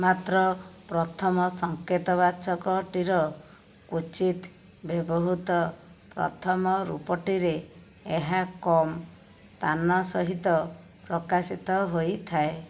ମାତ୍ର ପ୍ରଥମ ସଙ୍କେତ ବାଚକଟିର କୋଚିତ୍ ବ୍ୟବହୃତ ପ୍ରଥମ ରୂପଟିରେ ଏହା କମ୍ ତାନ ସହିତ ପ୍ରକାଶିତ ହୋଇଥାଏ